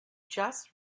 just